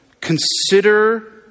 consider